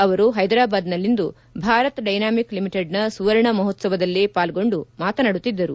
ಅವರು ಹೈದ್ರಾಬಾದ್ನಲ್ಲಿಂದು ಭಾರತ್ ಡೈನಾಮಿಕ್ ಲಿಮಿಟೆಡ್ನ ಸುವರ್ಣ ಮಹೋತ್ಸವದಲ್ಲಿ ಪಾಲ್ಗೊಂಡು ಮಾತನಾಡುತ್ತಿದ್ದರು